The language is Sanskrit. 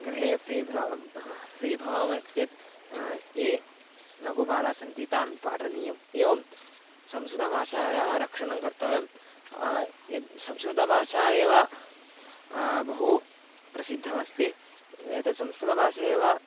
गृहे फ़्री भ्र फ़्री भवामश्चेत् ये लघुबालाः सन्ति तान् पाठनीयम् एवं संस्कृतभाषायाः रक्षणं कर्तव्यं यद् संस्कृतभाषा एव बहु प्रसिद्धा अस्ति एतत् संस्कृतभाषा एव